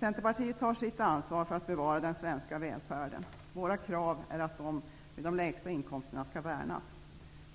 Centerpartiet tar sitt ansvar för att bevara den svenska välfärden. Våra krav är att de med de lägsta inkomsterna skall värnas.